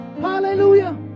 Hallelujah